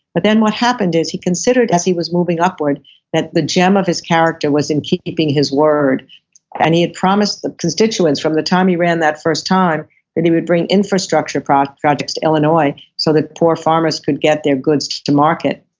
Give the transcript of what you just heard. but then what happened is he considered as he was moving upward that the gem of his character was in keeping his word and he had promised the constituents from the time he ran that first time that he would bring infrastructure projects projects to illinois so that poor farmers could get their goods to to market.